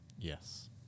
Yes